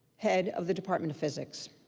head of the department of physics.